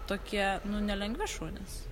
tokie nu nelengvi šunys